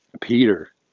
Peter